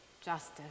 justice